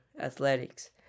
athletics